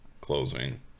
closing